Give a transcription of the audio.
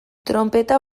tronpeta